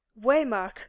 Waymark